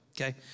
Okay